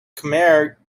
khmer